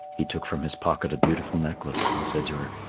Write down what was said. he took from his pocket a beautiful necklace, and said to her,